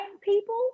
people